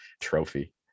trophy